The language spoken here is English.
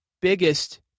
biggest